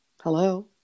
Hello